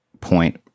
point